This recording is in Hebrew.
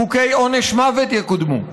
חוקי עונש מוות יקודמו,